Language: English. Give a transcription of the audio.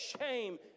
shame